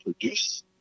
produce